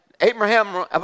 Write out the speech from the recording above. Abraham